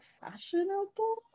fashionable